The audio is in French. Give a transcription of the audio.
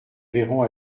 verrons